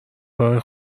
راهی